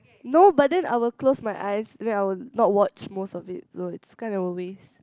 no but then I will close my eyes then I will not watch most of it so it's kind of waste